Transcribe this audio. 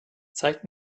zeig